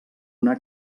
una